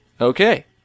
Okay